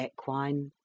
equine